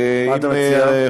מה אתה מציע?